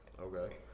Okay